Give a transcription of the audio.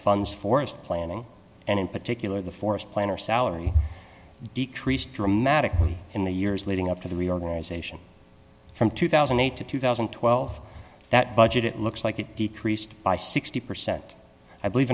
funds for its planning and in particular the forest plan or salary decreased dramatically in the years leading up to the reorganization from two thousand and eight to two thousand and twelve that budget it looks like it decreased by sixty percent i believe